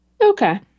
Okay